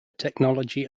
technology